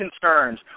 concerns